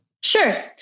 Sure